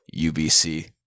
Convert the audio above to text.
UBC